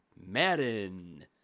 Madden